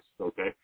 okay